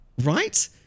Right